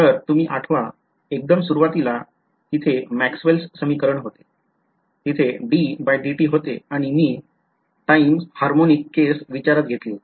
तर तुम्ही आठवा एकदम सुरवातीला तिथे मॅक्सवेल्स समीकरण होते तिथे ddt होते आणि मी टाईम हार्मोनिक केस विचारात घेतली होती